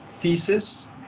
thesis